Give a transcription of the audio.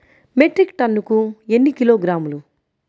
Metric టన్నుకు ఎన్ని కిలోగ్రాములు?